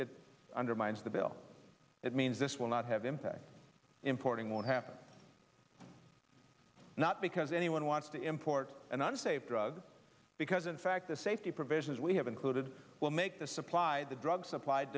it undermines the bill it means this will not have impact importing won't happen not because anyone wants to import another state drugs because in fact the safety provisions we have included will make the supply the drug suppl